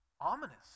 ominous